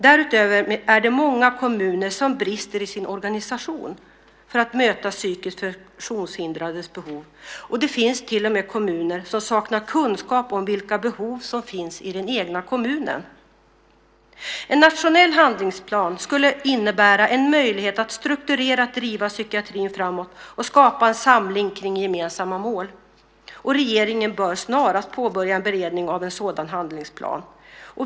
Därutöver är det många kommuner som brister i sin organisation för att möta psykiskt funktionshindrades behov. Det finns till och med kommuner som saknar kunskap om vilka behov som finns i den egna kommunen. En nationell handlingsplan skulle innebära en möjlighet att strukturerat driva psykiatrin framåt och skapa en samling kring gemensamma mål. Regeringen bör snarast påbörja en beredning av en sådan handlingsplan.